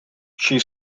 she